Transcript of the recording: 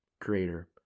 creator